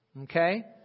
Okay